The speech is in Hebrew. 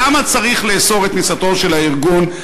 למה צריך לאסור את כניסתו של הארגון?